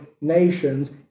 nations